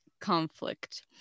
conflict